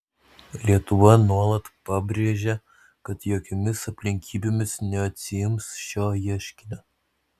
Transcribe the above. lietuva nuolat pabrėžia kad jokiomis aplinkybėmis neatsiims šio ieškinio